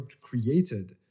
created